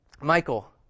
Michael